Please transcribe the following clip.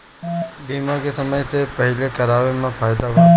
बीमा के समय से पहिले करावे मे फायदा बा